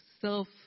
self